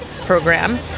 program